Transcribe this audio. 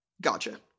Gotcha